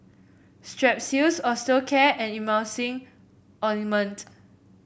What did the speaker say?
Strepsils Osteocare and Emulsying Ointment